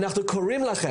אנחנו קוראים לכם,